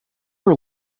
are